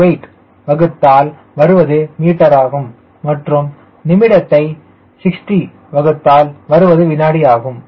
28 வகுத்தால் வருவது மீட்டராகும் மற்றும் நிமிடத்தை 60 வகுத்தால் வருவது வினாடி ஆகும்